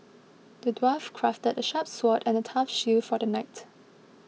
the dwarf crafted a sharp sword and a tough shield for the knight